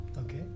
Okay